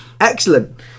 excellent